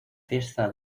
fiesta